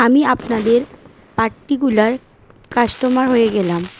আমি আপনাদের particular customer হয়ে গেলাম